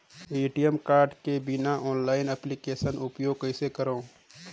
ATM card के बिना online application उपयोग कइसे करो?